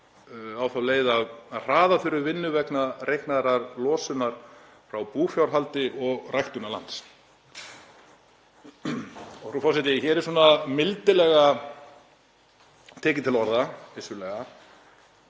á þá leið að hraða þurfi vinnu vegna reiknaðrar losunar frá búfjárhaldi og ræktunarlands, frú forseti. Hér er mildilega tekið til orða, vissulega.